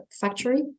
factory